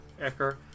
Ecker